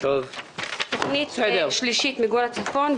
תוכנית שלישית היא מיגון הצפון,